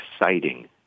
exciting